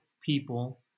people